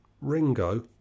Ringo